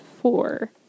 four